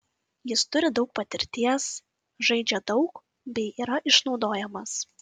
jis turi daug patirties žaidžia daug bei yra išnaudojamas